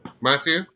Matthew